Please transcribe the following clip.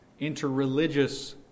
interreligious